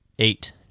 Eight